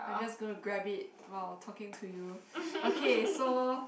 I'm just gonna grab it while talking to you okay so